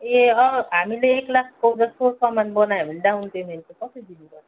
ए हामीले एक लाखको जस्तो सामान बनायो भने डाउन पेमेन्ट चाहिँ कति दिनुपर्छ